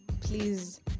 please